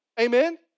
Amen